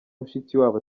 mushikiwabo